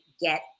get